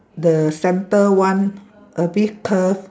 the centre one a bit curve